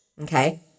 okay